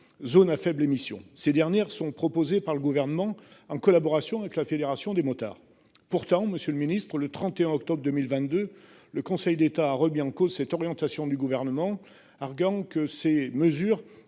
zones à faibles émissions ces dernières sont proposées par le gouvernement en collaboration avec la Fédération des motards. Pourtant, Monsieur le Ministre, le 31 octobre 2022. Le Conseil d'État a remis en cause cette orientation du gouvernement arguant que ces mesures